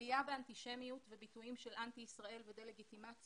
עלייה באנטישמיות וביטויים של אנטי ישראל ודה-לגיטימציה.